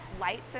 lights